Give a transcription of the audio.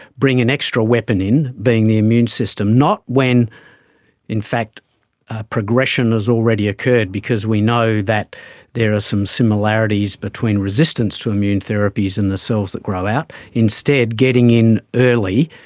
bring an extra weapon in being the immune system, not when in fact progression has already occurred, because we know that there are some similarities between resistance to immune therapies and the cells that grow out. instead getting in early,